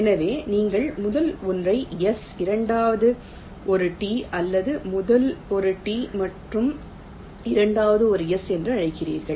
எனவே நீங்கள் முதல் ஒன்றை S இரண்டாவது ஒரு T அல்லது முதல் ஒரு T மற்றும் இரண்டாவது ஒரு S என்று அழைக்கிறீர்கள்